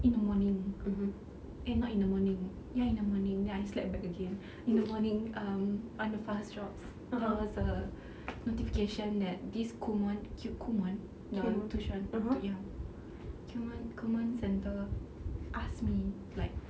in the morning eh not in the morning ya in the morning then I slept back again in the morning um on the fastjobs there was a notification that this kumon cute kumon ya tuition ya kumon kumon centre ask me like